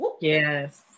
yes